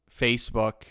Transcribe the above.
Facebook